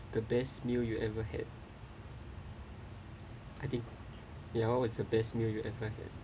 the best meal you ever had I think ya what was the best meal you ever had